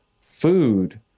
food